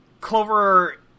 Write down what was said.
Clover